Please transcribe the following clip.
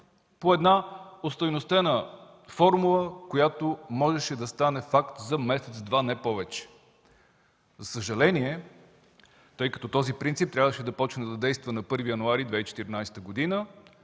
по една остойностена формула, която можеше да стане факт за месец-два, не повече. За съжаление, тъй като този принцип трябваше да започне да действа на 1 януари 2014 г.,